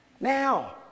now